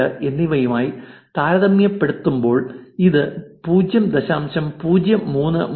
048 എന്നിവയുമായി താരതമ്യപ്പെടുത്തുമ്പോൾ ഇത് 0